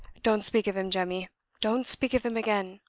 don't speak of him, jemmy don't speak of him again!